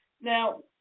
Now